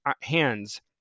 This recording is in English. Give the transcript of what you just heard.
hands